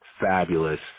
Fabulous